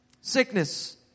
Sickness